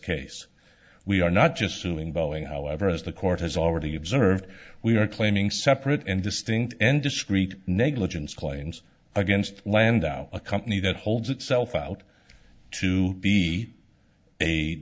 case we are not just suing boeing however as the court has already observed we are claiming separate and distinct and discrete negligence claims against landau a company that holds itself out to be a